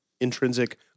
intrinsic